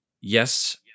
Yes